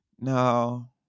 no